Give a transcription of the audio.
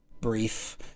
brief